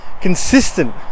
consistent